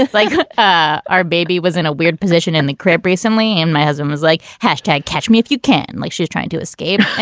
like our baby was in a weird position in the crib recently. and my husband was like, hashtag, catch me if you can. like she's trying to escape.